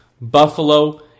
Buffalo